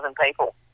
people